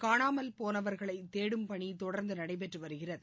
காணாமல் போனவர்களை தேடும் பணி தொடர்ந்து நடைபெற்று வருகிறது